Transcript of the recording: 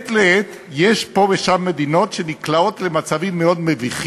זאת שרוצה לבדל את עצמה מיוון.